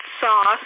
sauce